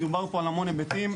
דובר פה על המון היבטים,